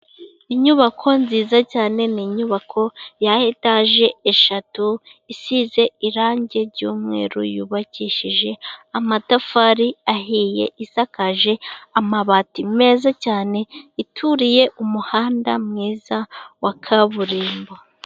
Inyubako nziza cyane ni inyubako ya etaje eshatu isize irange ry'umweru, yubakishije amatafari ahiye, isakaje amabati meza cyane ituriye umuhanda mwiza wa kaburimbo.